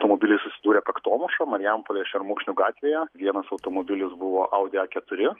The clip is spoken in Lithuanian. automobiliai susidūrė kaktomuša marijampolėje šermukšnių gatvėje vienas automobilis buvo audi a keturi